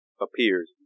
appears